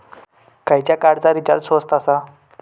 खयच्या कार्डचा रिचार्ज स्वस्त आसा?